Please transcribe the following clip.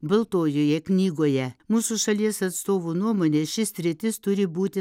baltojoje knygoje mūsų šalies atstovų nuomone ši sritis turi būti